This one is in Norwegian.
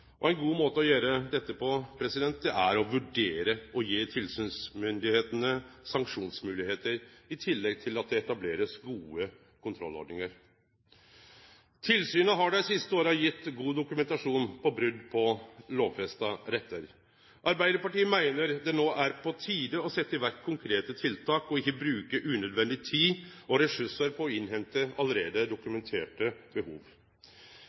Ein god måte å gjere dette på er å vurdere å gje tilsynsmyndigheitene sanksjonsmoglegheiter, i tillegg til at det blir etablert gode kontrollordningar. Tilsyna har dei siste åra gjeve god dokumentasjon på brot på lovfesta rettar. Arbeidarpartiet meiner det no er på tide å sette i verk konkrete tiltak, og ikkje bruke unødvendig tid og ressursar på å innhente allereie dokumenterte behov.